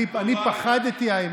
אני פחדתי.